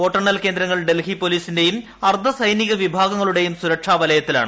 വോട്ടെണ്ണൽ കേന്ദ്രങ്ങൾ ഡൽഹി പൊലീസിന്റയും അർദ്ധ സൈനിക വിഭാഗങ്ങളുടെയും സുരക്ഷാ വലയത്തിലാണ്